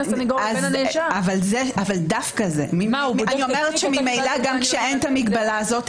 ממילא גם כשאין המגבלה הזו,